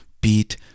beat